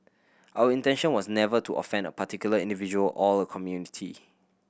our intention was never to offend a particular individual or a community